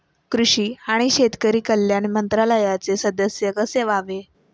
कृषी आणि शेतकरी कल्याण मंत्रालयाचे सदस्य कसे व्हावे?